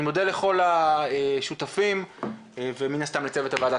אני מודה לכל השותפים ולצוות הוועדה.